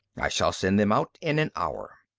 i shall send them out in an hour.